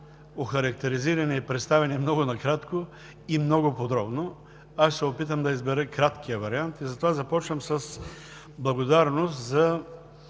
охарактеризирани и представени, както много накратко, така и много подробно. Аз ще се опитам да избера краткия вариант и затова започвам с благодарност за